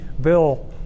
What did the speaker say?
bill